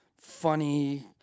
funny